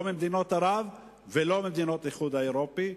לא ממדינות ערב ולא ממדינות האיחוד האירופי,